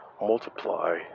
multiply